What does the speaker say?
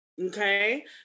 Okay